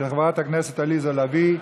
של חברת הכנסת עליזה לביא.